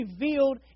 revealed